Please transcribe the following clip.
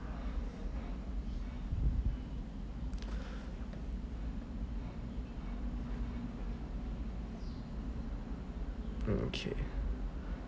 okay